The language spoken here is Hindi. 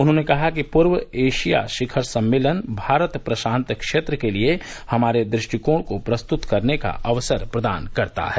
उन्होंने कहा कि पूर्व एशिया शिखर सम्मेलन भारत प्रशांत क्षेत्र के लिए हमारे दृष्टिकोण को प्रस्तुत करने का अवसर प्रदान करता है